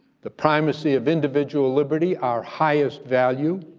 the primacy of individual liberty, our highest value,